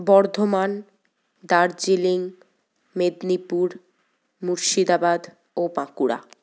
বর্ধমান দার্জিলিং মেদিনীপুর মুর্শিদাবাদ ও বাঁকুড়া